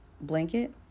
blanket